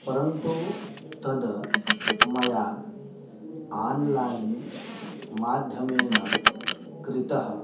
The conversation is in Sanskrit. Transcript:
परन्तु तद् मया आन्लैन् माध्यमेन कृतः